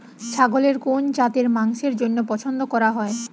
ছাগলের কোন জাতের মাংসের জন্য পছন্দ করা হয়?